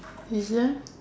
is it